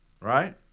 Right